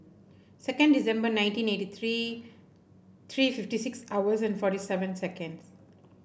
second December nineteen eighty three three fifty six hours and forty seven seconds